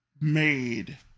made